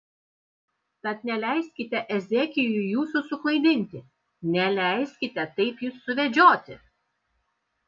tad neleiskite ezekijui jūsų suklaidinti neleiskite taip jus suvedžioti